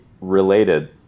related